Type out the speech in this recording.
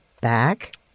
back